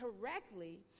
correctly